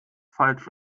falsch